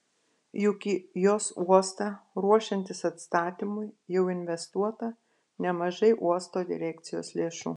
juk į jos uostą ruošiantis atstatymui jau investuota nemažai uosto direkcijos lėšų